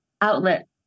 outlet